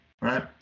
right